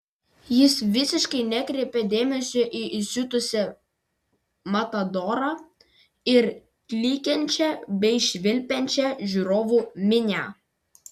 jis visiškai nekreipė dėmesio į įsiutusį matadorą ir klykiančią bei švilpiančią žiūrovų minią